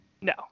No